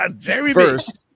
first